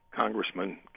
Congressman